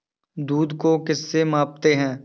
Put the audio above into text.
दूध को किस से मापते हैं?